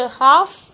half